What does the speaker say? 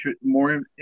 more